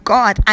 God